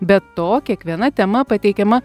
be to kiekviena tema pateikiama